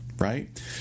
Right